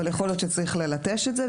אבל יכול להיות שצריך ללטש את זה.